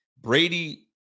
Brady